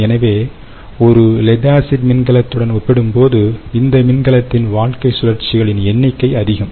எனவே ஒரு lead acid மின்கலத்துடன் ஒப்பிடும்போது இந்த மின்கலத்தின் வாழ்க்கை சுழற்சிகளின் எண்ணிக்கை அதிகம்